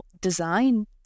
design